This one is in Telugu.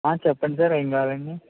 ఆ చెప్పండి సార్ ఏం కావాలండి